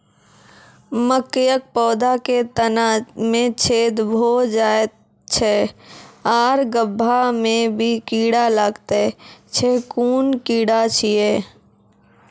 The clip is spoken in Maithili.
मकयक पौधा के तना मे छेद भो जायत छै आर गभ्भा मे भी कीड़ा लागतै छै कून कीड़ा छियै?